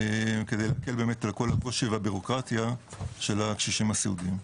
כדי להקל באמת על כל הקושי והבירוקרטיה של הקשישים הסיעודיים.